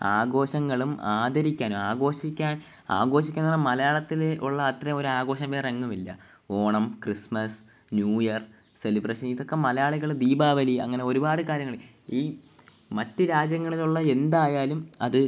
ആഘോഷങ്ങളും ആദരിക്കാനും ആഘോഷിക്കാൻ ആഘോഷിക്കുന്നു പറഞ്ഞാൽ മലയാളത്തിൽ ഉള്ള അത്രയും ഒരു ആഘോഷം വേറെ എങ്ങുമില്ല ഓണം ക്രിസ്മസ് ന്യൂയർ സെലിബ്രേഷൻ ഇതൊക്കെ മലയാളികൾ ദീപാവലി അങ്ങനെ ഒരുപാട് കാര്യങ്ങൾ ഈ മറ്റ് രാജ്യങ്ങളിലുള്ള എന്തായാലും അത്